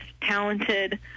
talented